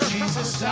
Jesus